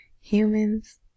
Humans